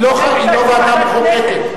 היא לא ועדה מחוקקת.